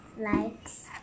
likes